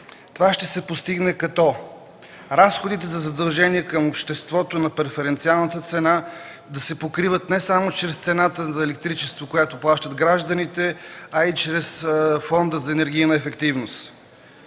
Това ще постигне като разходите за задължения към обществото на преференциалната цена да се покриват не само чрез цената за електричество, която плащат гражданите, а и чрез Фонда за енергийна ефективност.